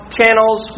channels